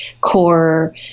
core